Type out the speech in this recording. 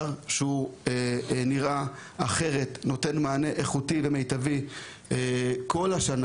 שהוא ייראה אחרת וייתן מענה איכותי ומיטבי כל השנה